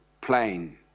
plain